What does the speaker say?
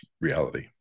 reality